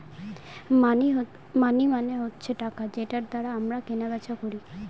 মানি মানে হচ্ছে টাকা যেটার দ্বারা আমরা কেনা বেচা করি